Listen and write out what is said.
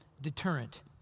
deterrent